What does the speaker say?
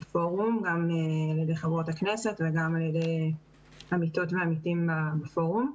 גם על ידי חברות הכנסת וגם על ידי עמיתות ועמיתים בפורום.